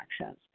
actions